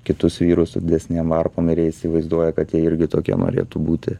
kitus vyrus su didesnėm varpom ir jie įsivaizduoja kad jie irgi tokie norėtų būti